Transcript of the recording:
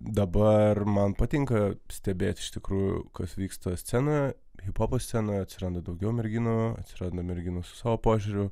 dabar man patinka stebėti iš tikrųjų kas vyksta scenoje hiphopo scenoje atsiranda daugiau merginų atsiranda merginų savo požiūriu